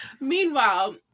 Meanwhile